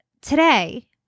today